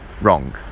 wrong